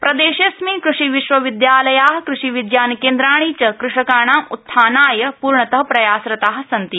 प्रदेशेऽस्मिन् कृषिविश्वविद्यालया कृषिविज्ञानकेन्द्राणि च कृषकाणाम् उत्थानाय पूर्णत प्रयासरता सन्ति